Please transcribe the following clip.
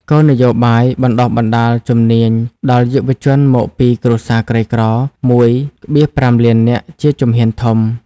គោលនយោបាយបណ្ដុះបណ្ដាលជំនាញដល់យុវជនមកពីគ្រួសារក្រីក្រ ១,៥ លាននាក់ ជាជំហានធំ។